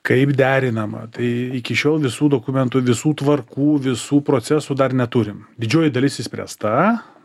kaip derinama tai iki šiol visų dokumentų visų tvarkų visų procesų dar neturim didžioji dalis išspręsta